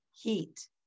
heat